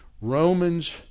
Romans